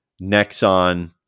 Nexon